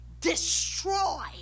Destroy